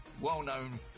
well-known